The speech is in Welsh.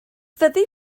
fyddi